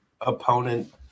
opponent –